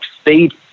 speed